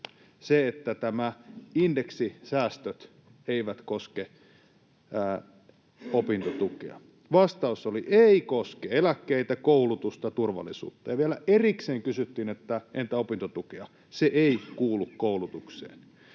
se, että nämä indeksisäästöt eivät koske opintotukea, vastaus oli, että ”ei koske eläkkeitä, koulutusta, turvallisuutta”, ja kun vielä erikseen kysyttiin, että entä opintotukea, niin ”se kuuluu koulutukseen.”